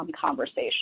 conversation